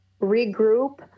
regroup